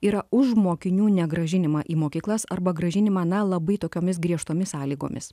yra už mokinių negrąžinimą į mokyklas arba grąžinimą na labai tokiomis griežtomis sąlygomis